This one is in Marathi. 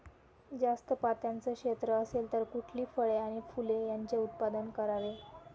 जास्त पात्याचं क्षेत्र असेल तर कुठली फळे आणि फूले यांचे उत्पादन करावे?